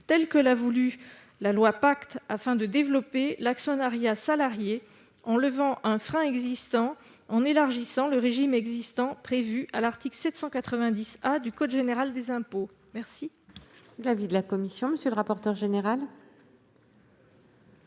tel que l'a voulu la loi Pacte, en développant l'actionnariat salarié. Il lève un frein, en élargissant le régime existant prévu à l'article 790 A du code général des impôts. Quel